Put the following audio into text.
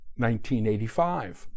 1985